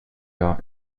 jahr